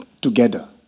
together